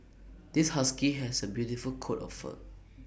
this husky has A beautiful coat of fur